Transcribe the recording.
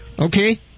Okay